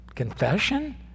confession